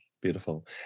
beautiful